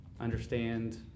understand